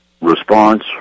response